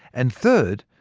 and third,